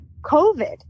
COVID